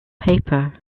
paper